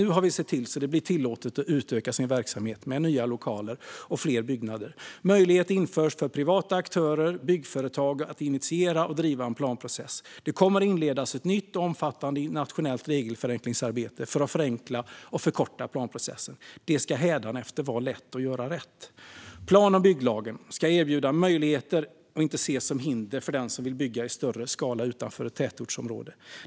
Nu har vi sett till att det blir tillåtet att utöka sin verksamhet med nya lokaler och fler byggnader. Möjligheter införs för privata aktörer och byggföretag att initiera och driva en planprocess. Det kommer att inledas ett nytt och omfattande nationellt regelförenklingsarbete för att förenkla och förkorta planprocessen. Det ska hädanefter vara lätt att göra rätt. Plan och bygglagen ska erbjuda möjligheter och inte ses som ett hinder för den som vill bygga i större skala utanför ett tätortsområde.